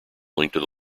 linked